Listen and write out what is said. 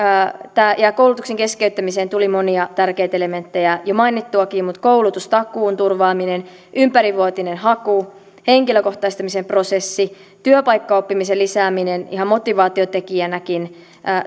ja koulutuksen keskeyttämiseen liittyen tuli monia tärkeitä elementtejä jo mainittuakin mutta koulutustakuun turvaaminen ympärivuotinen haku henkilökohtaistamisen prosessi työpaikkaoppimisen lisääminen ihan motivaatiotekijänäkin